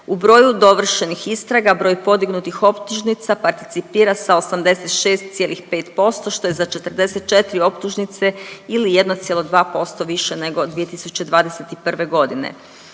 U broju dovršenih istraga broj podignutih optužnica participira sa 86,5% što je za 44 optužnice ili 1,2% više nego 2021. godine.